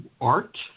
art